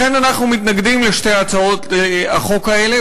לכן אנחנו מתנגדים לשתי הצעות החוק האלה,